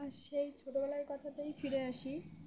আর সেই ছোটোবেলার কথাতেই ফিরে আসি